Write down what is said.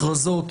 הכרזות,